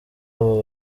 aba